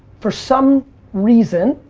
for some reason,